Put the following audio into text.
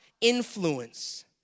influence